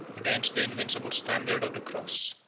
against the invincible standard of the cross.